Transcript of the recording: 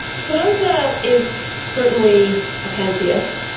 spinoza is certainly a pantheist.